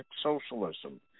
Socialism